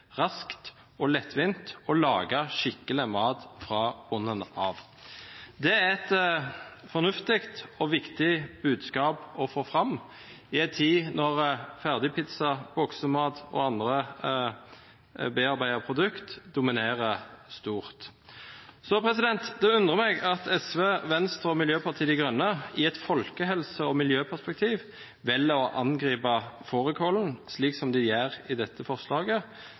raskt og lettvint å lage skikkelig mat fra bunnen av. Det er et fornuftig og viktig budskap å få fram i en tid da ferdigpizza, boksemat og andre bearbeidede produkter dominerer stort. Så det undrer meg at SV, Venstre og Miljøpartiet De Grønne i et folkehelse- og miljøperspektiv velger å angripe fårikålen, slik de gjør i dette forslaget.